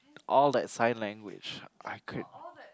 all that sign language I could